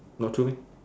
not two meh